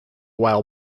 while